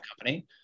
company